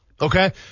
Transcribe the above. Okay